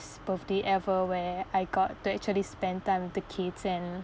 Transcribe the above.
birthday ever where I got to actually spend time with the kids and